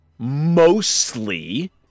mostly